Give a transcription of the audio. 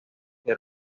ser